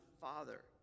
Father